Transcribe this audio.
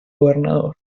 gobernador